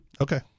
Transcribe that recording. Okay